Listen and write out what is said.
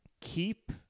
keep –